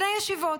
בני ישיבות.